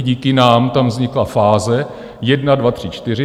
Díky nám tam vznikla fáze 1, 2, 3, 4.